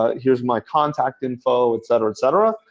ah here's my contact info, et cetera, et cetera.